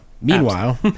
Meanwhile